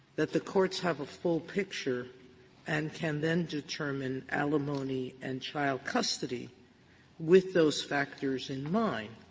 that the courts have a full picture and can then determine alimony and child custody with those factors in mind.